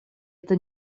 это